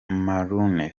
marouane